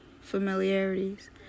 familiarities